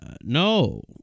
No